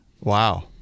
Wow